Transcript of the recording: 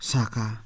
Saka